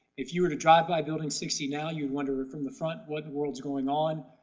if you were to drive by building sixty now you wonder from the front what the world's going on.